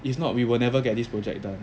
if not we will never get this project done